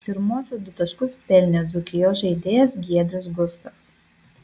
pirmuosius du taškus pelnė dzūkijos žaidėjas giedrius gustas